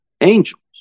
Angels